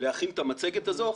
את המצגת הזו.